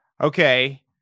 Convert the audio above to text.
Okay